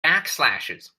backslashes